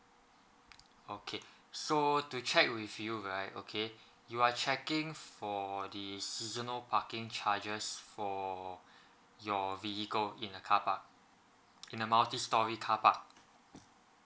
okay so to check with you right okay you are checking for the s~ seasonal parking charges for your vehicle in a car park in a multistorey carpark